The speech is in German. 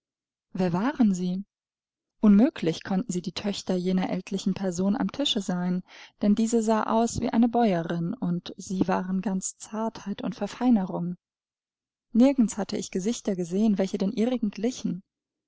wer waren sie unmöglich konnten sie die töchter jener ältlichen person am tische sein denn diese sah aus wie eine bäuerin und sie waren ganz zartheit und verfeinerung nirgend hatte ich gesichter gesehen welche den ihrigen glichen